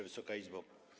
Wysoka Izbo!